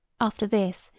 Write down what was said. after this,